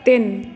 ਤਿੰਨ